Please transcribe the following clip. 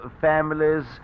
families